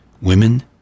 Women